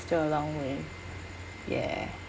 still a long way ya